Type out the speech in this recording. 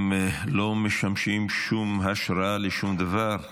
הם לא משמשים שום השראה לשום דבר,